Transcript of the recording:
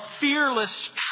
fearless